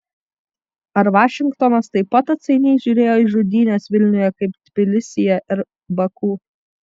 ar vašingtonas taip pat atsainiai žiūrėjo į žudynes vilniuje kaip tbilisyje ir baku